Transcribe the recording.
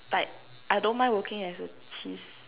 like I don't mind working as a cheese